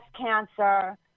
cancer